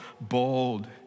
bold